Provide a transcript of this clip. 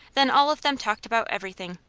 then all of them talked about everything.